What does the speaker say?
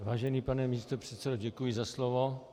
Vážený pane místopředsedo, děkuji za slovo.